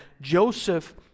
Joseph